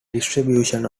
distribution